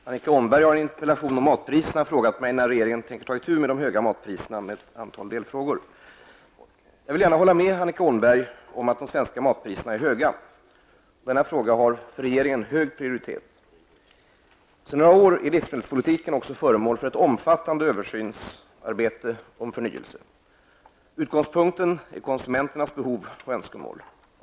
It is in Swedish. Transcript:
Herr talman! Annika Åhnberg har i en interpellation om matpriserna i ett antal delfrågor frågat mig när regeringen tänker ta itu med de höga matpriserna. Jag vill gärna hålla med Annika Åhnberg om att de svenska matpriserna är höga. Denna fråga har för regeringen hög prioritet. Sedan några år tillbaka är livsmedelspolitiken föremål för ett omfattande översyns och förnyelsearbete. Utgångspunkten är konsumenternas behov och önskemål.